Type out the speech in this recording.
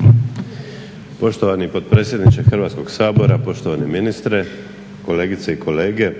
Damir (SDP)** Poštovani potpredsjedniče Hrvatskog sabora, poštovani ministre, kolegice i kolege.